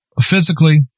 physically